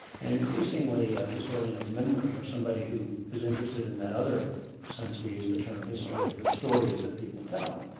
and increasingly a historian of memory or somebody who is interested in that other sense. we use the term history of the stories that people tell.